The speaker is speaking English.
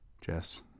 Jess